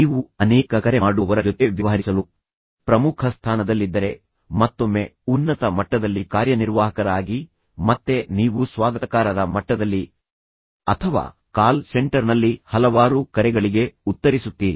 ನೀವು ಅನೇಕ ಕರೆ ಮಾಡುವವರ ಜೊತೆ ವ್ಯವಹರಿಸಲು ಪ್ರಮುಖ ಸ್ಥಾನದಲ್ಲಿದ್ದರೆ ಮತ್ತೊಮ್ಮೆ ಉನ್ನತ ಮಟ್ಟದಲ್ಲಿ ಕಾರ್ಯನಿರ್ವಾಹಕರಾಗಿ ಮತ್ತೆ ನೀವು ಸ್ವಾಗತಕಾರರ ಮಟ್ಟದಲ್ಲಿ ಅಥವಾ ಕಾಲ್ ಸೆಂಟರ್ನಲ್ಲಿ ಹಲವಾರು ಕರೆಗಳಿಗೆ ಉತ್ತರಿಸುತ್ತೀರಿ